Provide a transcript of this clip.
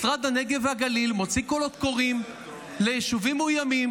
משרד הנגב והגליל מוציא קולות קוראים ליישובים מאוימים,